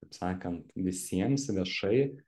taip sakant visiems viešai